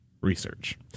Research